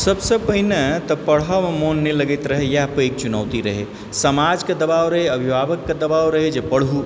सभसँ पहिने तऽ पढ़यमे मोन नहि लगैत रहै इएह पैघ चुनौती रहै समाजके दबाव रहै अभिभावकके दबाव रहै जे पढ़ू